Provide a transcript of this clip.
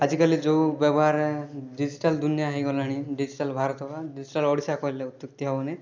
ଆଜିକାଲି ଯେଉଁ ବ୍ୟବହାର ଡିଜିଟାଲ୍ ଦୁନିଆ ହେଇଗଲାଣି ଡିଜିଟାଲ୍ ଭାରତ ବା ଡିଜିଟାଲ ଓଡ଼ିଶା କହିଲେ ଅତ୍ୟୁକ୍ତି ହେବନି